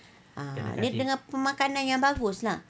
ah dengan pemakanan yang bagus lah